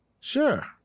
Sure